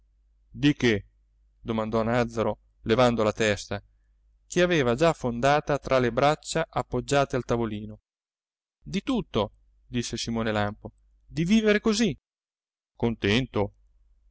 domandò nàzzaro levando la testa che aveva già affondata tra le braccia appoggiate al tavolino di tutto disse simone lampo di vivere così contento